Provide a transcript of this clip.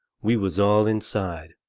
we was all inside,